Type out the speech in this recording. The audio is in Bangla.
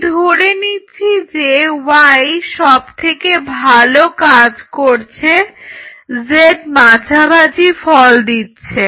আমি ধরে নিচ্ছি যে y সবথেকে ভালো কাজ করছে z মাঝামাঝি ফল দিচ্ছে